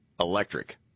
electric